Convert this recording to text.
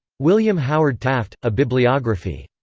william howard taft a bibliography.